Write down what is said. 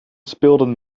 speelden